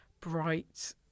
bright